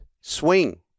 swing